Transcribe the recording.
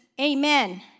amen